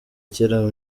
kera